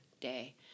day